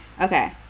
Okay